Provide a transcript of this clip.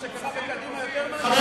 מה שקרה בקדימה יותר מעניין.